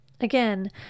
Again